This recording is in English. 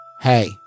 hey